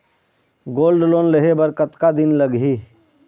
Gold loan लेहे बर कतका दिन लगही?